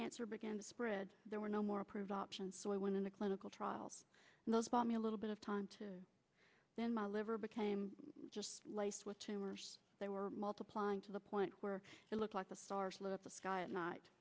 cancer began to spread there were no more approved options so i went in the clinical trial and those bought me a little bit of time then my liver became laced with tumors they were multiplying to the point where it looked like the stars lit up the sky at night